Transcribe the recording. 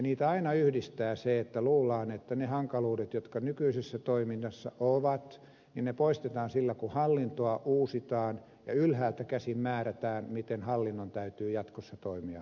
niitä aina yhdistää se että luullaan että ne hankaluudet jotka nykyisessä toiminnassa ovat poistetaan sillä kun hallintoa uusitaan ja ylhäältä käsin määrätään miten hallinnon täytyy jatkossa toimia